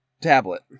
tablet